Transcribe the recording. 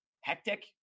hectic